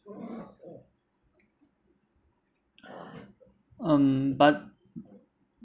um but